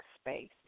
space